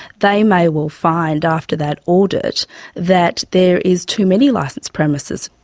they may well find after that audit that there is too many licenced premises.